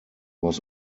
was